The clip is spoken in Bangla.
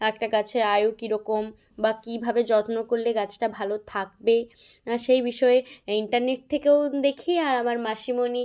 একটা গাছের আয়ু কীরকম বা কীভাবে যত্ন করলে গাছটা ভালো থাকবে সেই বিষয়ে ইন্টারনেট থেকেও দেখি আর আমার মাসিমণি